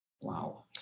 Wow